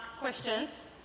questions